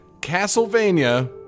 Castlevania